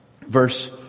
Verse